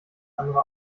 andere